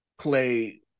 play